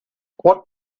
what